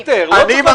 דיכטר, אין איכונים.